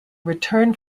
return